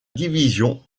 division